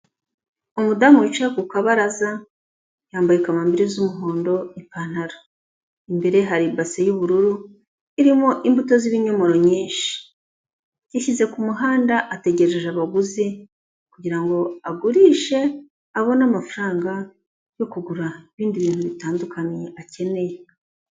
Umudamu wicaye ku kabaraza, yambaye kamambiri z'umuhondo n'ipantaro, imbere ye hari ibase y'bururu irimo imbuto z'ibinyomoro nyinshi, yashyize ku muhanda ategereje abaguzi kugira ngo agurishe, abone amafaranga yo kugura ibindi bintu bitandukanye akeneye.